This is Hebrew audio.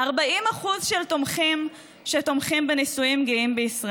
תומכים בנישואים גאים.